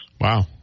Wow